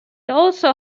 also